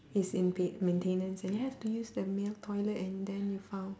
is in paid maintenance and you have to use the male toilet and then you found